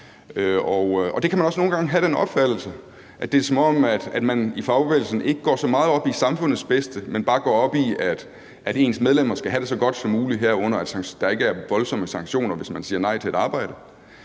Man kan også nogle gange få den opfattelse, at det er, som om de i fagbevægelsen ikke går så meget op i samfundets bedste, men bare går op i, at deres medlemmer skal have det så godt som muligt, herunder at der ikke er voldsomme sanktioner, hvis de siger nej til et arbejde.